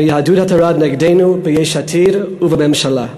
מיהדות התורה נגדנו, נגד יש עתיד ונגד הממשלה.